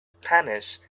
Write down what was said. spanish